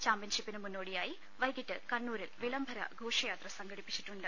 ചാമ്പ്യൻഷിപ്പിന് മുന്നോട്ടിയായി വൈകീട്ട് കണ്ണൂരിൽ വിളം ബര ഘോഷയാത്ര സംഘട്ടിപ്പിച്ചിട്ടുണ്ട്